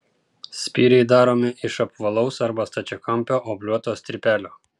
spyriai daromi iš apvalaus arba stačiakampio obliuoto strypelio